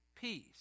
peace